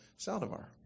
Saldivar